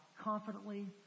confidently